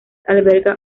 alberga